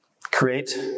Create